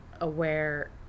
aware